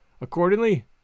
Accordingly